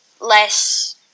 less